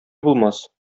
булмас